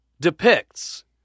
depicts